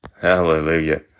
Hallelujah